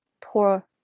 poor